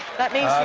that means